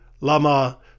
lama